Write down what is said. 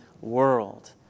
world